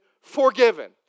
forgiven